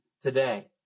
today